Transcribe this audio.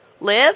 live